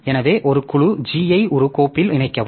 எனவே ஒரு குழு G ஐ ஒரு கோப்பில் இணைக்கவும்